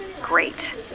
Great